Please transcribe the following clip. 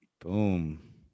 Boom